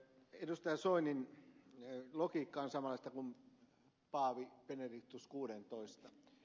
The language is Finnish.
soinin logiikka on samanlaista kuin paavi benedictus xvin